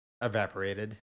evaporated